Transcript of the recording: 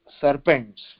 serpents